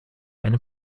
eine